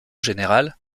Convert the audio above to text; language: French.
générale